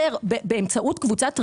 באמצעות קבוצת ריכוז,